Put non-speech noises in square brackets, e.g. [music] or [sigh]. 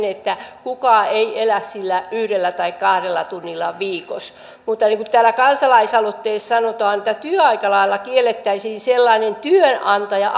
[unintelligible] että kukaan ei elä sillä yhdellä tai kahdella tunnilla viikossa mutta niin kuin tässä kansalaisaloitteessa sanotaan että työaikalailla kiellettäisiin sellainen työnantaja [unintelligible]